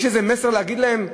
יש איזה מסר להגיד להם?